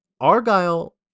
argyle